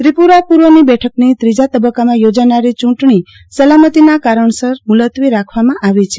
ત્રિપુરા પુર્વની બેઠકની ત્રીજા તબક્કામાં યોજાનારી ચૂંટણી સલામતીના કારણસર મુલતવી રાખવામાં આવી છે